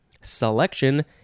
Selection